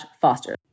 foster